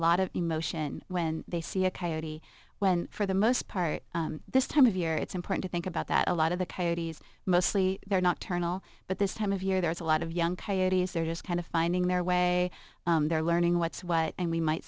lot of emotion when they see a coyote when for the most part this time of year it's important to think about that a lot of the coyote's mostly they're nocturnal but this time of year there's a lot of young coyote's they're just kind of finding their way they're learning what's what and we might